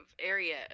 area